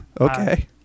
Okay